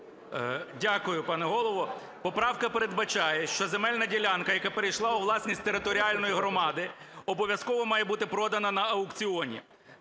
Дякую, пане Голово. Поправка передбачає, що земельна ділянка, яка перейшла у власність територіальної громади, обов'язково має бути продана на аукціоні.